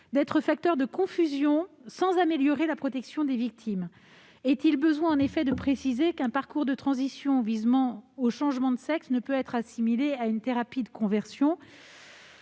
d'être facteur de confusion, sans améliorer la protection des victimes. Est-il besoin en effet de préciser qu'un parcours de transition visant au changement de sexe ne saurait être assimilé à une thérapie de conversion ?